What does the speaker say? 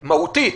מהותית.